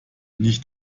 nicht